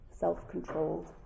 self-controlled